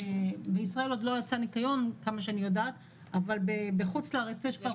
בישראל עוד לא יצא ניקיון אבל בחוץ לארץ יש כבר